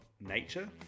Nature